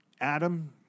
Adam